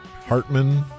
Hartman